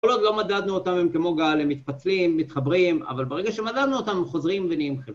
כל עוד לא מדדנו אותם הם כמו גל - הם מתפצלים, מתחברים, אבל ברגע שמדדנו אותם הם חוזרים ונהיים חלקים.